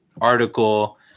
article